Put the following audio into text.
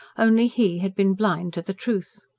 only he had been blind to the truth.